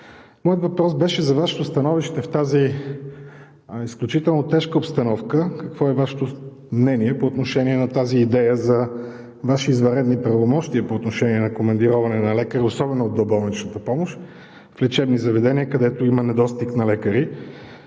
Моят въпрос беше за Вашето становище в тази изключително тежка обстановка, какво е Вашето мнение по отношение на тази идея за Ваши извънредни правомощия по отношение на командироване на лекари, особено в доболничната помощ, в лечебни заведения, където има недостиг на лекари,